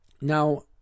Now